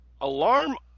Alarm